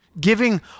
Giving